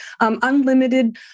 unlimited